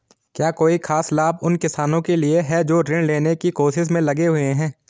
क्या कोई खास लाभ उन किसानों के लिए हैं जो ऋृण लेने की कोशिश में लगे हुए हैं?